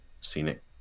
scenic